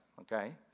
okay